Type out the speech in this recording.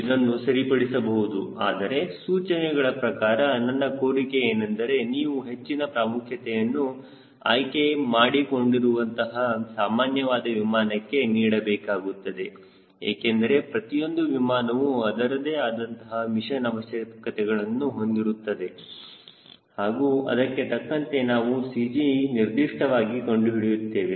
ಇದನ್ನು ಸರಿಪಡಿಸಬಹುದು ಆದರೆ ಸೂಚನೆಗಳ ಪ್ರಕಾರ ನನ್ನ ಕೋರಿಕೆ ಏನೆಂದರೆ ನೀವು ಹೆಚ್ಚಿನ ಪ್ರಾಮುಖ್ಯತೆಯನ್ನು ಆಯ್ಕೆ ಮಾಡಿಕೊಂಡಿರುವ ಅಂತಹ ಸಾಮಾನ್ಯವಾದ ವಿಮಾನಕ್ಕೆ ನೀಡಬೇಕಾಗುತ್ತದೆ ಏಕೆಂದರೆ ಪ್ರತಿಯೊಂದು ವಿಮಾನವು ಅದರದೇ ಆದಂತಹ ಮಿಷನ್ ಅವಶ್ಯಕತೆಗಳನ್ನು ಹೊಂದಿರುತ್ತದೆ ಹಾಗೂ ಅದಕ್ಕೆ ತಕ್ಕಂತೆ ನಾವು CG ನಿರ್ದಿಷ್ಟವಾಗಿ ಕಂಡು ಹಿಡಿಯುತ್ತೇವೆ